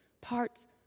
parts